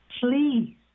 please